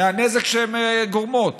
מהנזק שהן גורמות.